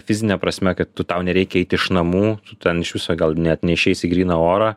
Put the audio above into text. fizine prasme kad tu tau nereikia eit iš namų ten iš viso gal net neišeisi į gryną orą